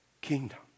kingdom